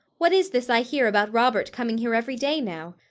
what is this i hear about robert coming here every day, now?